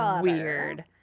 weird